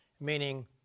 meaning